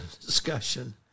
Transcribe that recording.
discussion